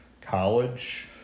college